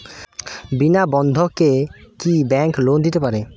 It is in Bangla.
বিনা বন্ধকে কি ব্যাঙ্ক লোন দিতে পারে?